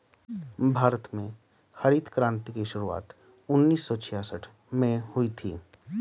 भारत में हरित क्रान्ति की शुरुआत उन्नीस सौ छियासठ में हुई थी